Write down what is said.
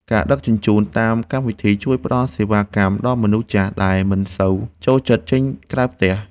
ការដឹកជញ្ជូនតាមកម្មវិធី ជួយផ្ដល់សេវាកម្មដល់មនុស្សចាស់ដែលមិនសូវចូលចិត្តចេញក្រៅផ្ទះ។